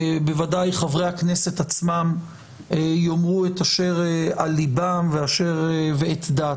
בוודאי חברי הכנסת עצמם יאמרו את אשר על ליבם ואת דעתם.